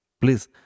Please